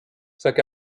sac